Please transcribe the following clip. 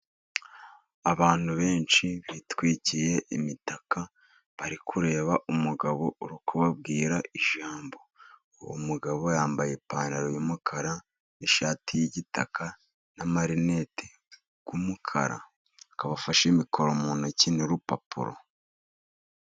Abantu benshi bitwikiye imitaka, bari kureba umugabo uri kubabwira ijambo. Uwo mugabo yambaye ipantaro y'umukara n'ishati y'igitaka, n'amarineti y'umukara, akaba afashe mikoro mu ntoki n'urupapuro.